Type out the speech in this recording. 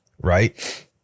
Right